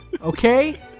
okay